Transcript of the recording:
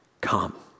come